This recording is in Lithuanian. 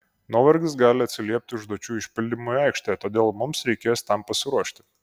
nuovargis gali atsiliepti užduočių išpildymui aikštėje todėl mums reikės tam pasiruošti